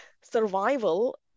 Survival